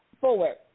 Forward